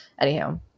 Anyhow